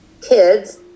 kids